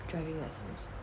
driving lessons